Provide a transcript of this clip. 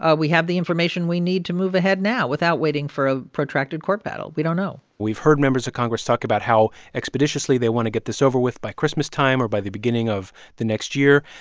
ah we have the information we need to move ahead now without waiting for a protracted court battle. we don't know we've heard members of congress talk about how expeditiously they want to get this over with by christmas time or by the beginning of the next year.